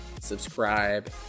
subscribe